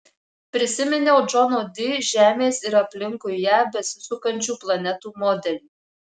prisiminiau džono di žemės ir aplinkui ją besisukančių planetų modelį